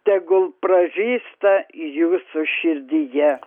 tegul pražysta jūsų širdyje